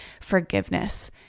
forgiveness